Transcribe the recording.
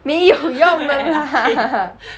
没有用的 lah